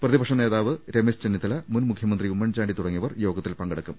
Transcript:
പ്രതിപക്ഷ നേതാവ് രമേശ് ചെന്നിത്തല മുൻ മുഖ്യ മന്ത്രി ഉമ്മൻചാണ്ടി തുടങ്ങിയവർ യോഗത്തിൽ പങ്കെടുക്കും